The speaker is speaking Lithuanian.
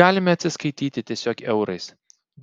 galime atsiskaityti tiesiog eurais